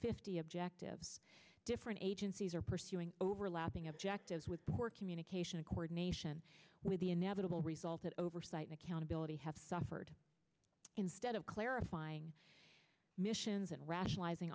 fifty objectives different agencies are pursuing overlapping objectives with poor communication and coordination with the inevitable result that oversight and accountability have suffered instead of clarifying missions and rationalizing